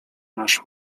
masz